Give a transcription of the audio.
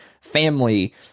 family